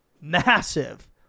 Massive